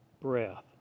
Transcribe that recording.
breath